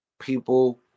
People